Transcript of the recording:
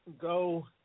go